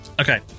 okay